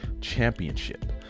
championship